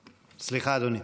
סליחה, אדוני.